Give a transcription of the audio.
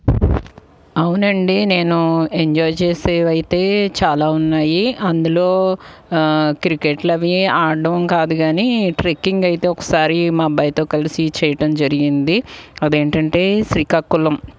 అవునండి నేను ఎంజాయ్ చేసేవైతే చాలా ఉన్నాయి అందులో క్రికెట్లవి ఆడడం కాదు గానీ ట్రెక్కింగ్ అయితే ఒకసారి మా అబ్బాయితో కలిసి చేయటం జరిగింది అదేంటంటే శ్రీకాకుళం